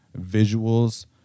visuals